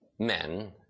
men